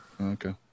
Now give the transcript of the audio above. Okay